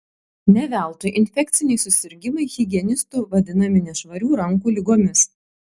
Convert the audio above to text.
ne veltui infekciniai susirgimai higienistų vadinami nešvarių rankų ligomis